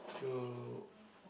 to